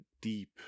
deep